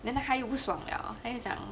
then 他就不爽了他就讲